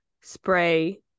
spray